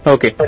Okay